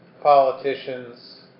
politicians